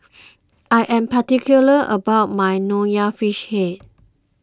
I am particular about my Nonya Fish Head